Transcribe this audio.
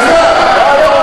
אז מה?